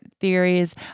theories